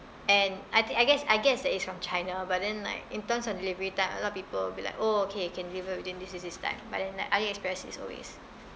and I think I guess I guess that is from china but then like in terms on delivery time a lot of people will be like oh okay can deliver within this this this time but then like ali express is always